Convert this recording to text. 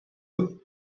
eux